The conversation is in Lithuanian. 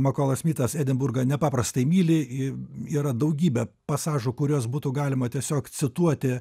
makolas smitas edinburgą nepaprastai myli ir yra daugybė pasažų kuriuos būtų galima tiesiog cituoti